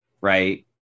right